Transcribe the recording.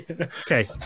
okay